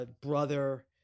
brother